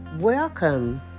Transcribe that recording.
Welcome